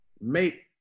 make